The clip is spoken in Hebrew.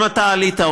גם אתה עלית,